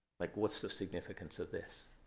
like what's the significance of this?